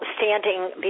standing